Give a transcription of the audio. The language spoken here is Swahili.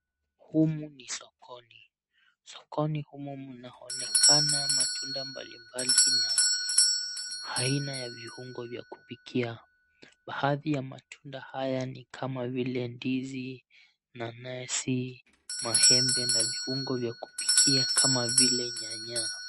Humu ni sokoni. Sokoni humu mnaonekana matunda mbalimbali na aina ya viungo vya kupikia. Baadhi ya matunda haya ni kama vile ndizi, nanasi, maembe na viungo vya kupikia kama vile nyanya.